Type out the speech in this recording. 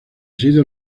sido